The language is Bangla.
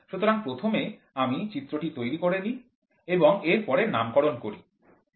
সুতরাং প্রথমে আমি চিত্রটি তৈরি করে নিই এবং এর পরে নামকরণ করি